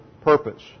purpose